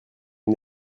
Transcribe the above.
une